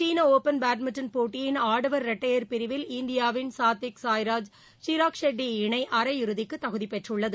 சீன open badminton போட்டியின் ஆடவர் இரட்டையர் பிரிவில் இந்தியாவின் சாத்விக் சாய்ராஜ் சிராக் ஷெட்டி இணை அரையிறுதிக்கு தகுதி பெற்றுள்ளது